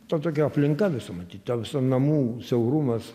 ta tokia aplinka visa matyt ta visa namų siaurumas